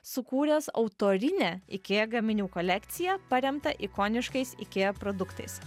sukūręs autorinę ikea gaminių kolekciją paremtą ikoniškais ikea produktais